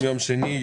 היום יום שני,